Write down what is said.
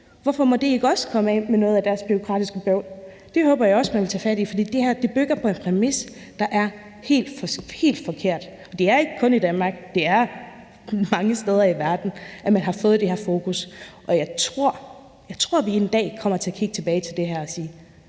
Hvorfor må de ikke også komme af med noget af deres demokratiske bøvl? Det håber jeg også man vil tage fat i, for det her bygger på en præmis, der er helt forkert, og det er ikke kun i Danmark. Det er mange steder i verden, at man har fået det her fokus, og jeg tror, vi en dag kommer til at kigge tilbage på det her og sige: